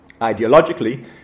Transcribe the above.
Ideologically